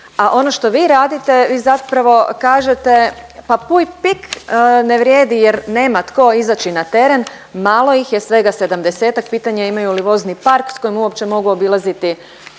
a ono što vi radite, vi zapravo kažete pa puj pik ne vrijedi jer nema tko izaći na teren, malo ih je, svega 70-ak, pitanje je imaju li vozni park s kojim uopće mogu obilaziti